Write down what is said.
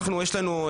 אנחנו יש לנו,